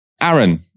Aaron